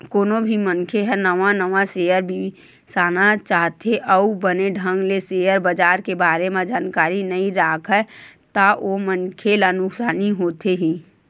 कोनो भी मनखे ह नवा नवा सेयर बिसाना चाहथे अउ बने ढंग ले सेयर बजार के बारे म जानकारी नइ राखय ता ओ मनखे ला नुकसानी होथे ही